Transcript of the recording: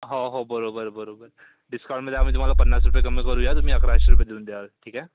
हो हो बरोबर बरोबर डिस्काउंटमध्ये आम्ही तुम्हाला पन्नास रुपये कमी करू या तुम्ही अकराशे रुपये देऊन द्याल ठीक आहे